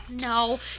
No